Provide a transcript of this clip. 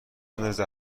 ایوونتون